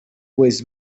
boyz